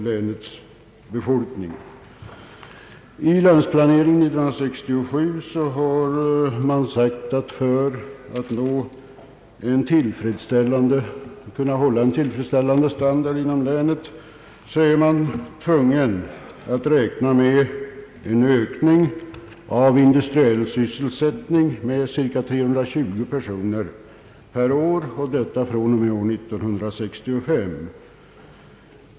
I länsplanering 67 har sagts att man, för att kunna upprätthålla en tillfredsställande standard inom «länet, är tvungen att räkna med en ökning av den industriella sysselsättningen med cirka 320 personer om året från och med år 1965.